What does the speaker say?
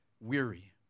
weary